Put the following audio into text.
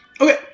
Okay